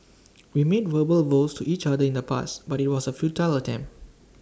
we made verbal vows to each other in the past but IT was A futile attempt